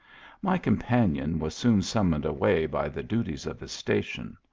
my companion was soon sum moned away by the duties of his station,